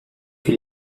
que